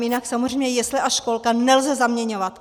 Jinak samozřejmě jesle a školku nelze zaměňovat.